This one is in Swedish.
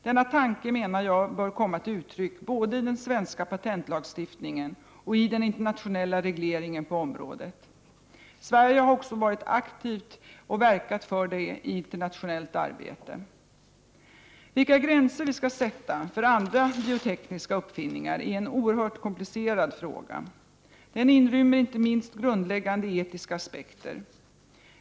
Denna tanke menar jag bör komma till uttryck både i den svenska patentlagstiftningen och i den internationella regleringen på området. Sverige har också aktivt verkat för detta i det internationella arbetet. Vilka gränser vi skall sätta för andra biotekniska uppfinningar är en oerhört komplicerad fråga. Den inrymmer inte minst grundläggande etiska aspekter.